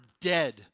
dead